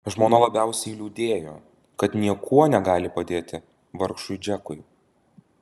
žmona labiausiai liūdėjo kad niekuo negali padėti vargšui džekui